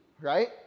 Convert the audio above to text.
Right